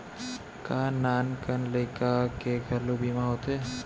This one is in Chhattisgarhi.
का नान कन लइका के घलो बीमा होथे?